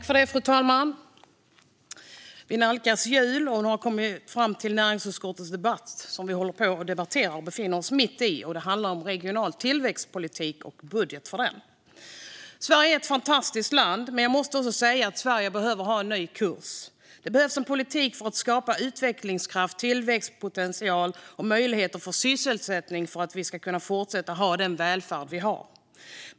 Fru talman! Vi nalkas jul, och vi har nu kommit fram till näringsutskottets debatt. Vi befinner oss mitt i debatten, och den handlar om regional tillväxtpolitik och budget för den. Sverige är ett fantastiskt land. Men jag måste också säga att Sverige behöver ha en ny kurs. Det behövs en politik för att skapa utvecklingskraft, tillväxtpotential och möjligheter för sysselsättning för att vi ska kunna fortsätta att ha den välfärd vi har.